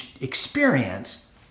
experienced